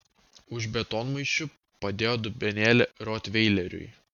už betonmaišių padėjo dubenėlį rotveileriui